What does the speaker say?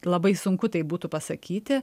labai sunku tai būtų pasakyti